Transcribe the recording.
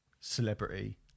celebrity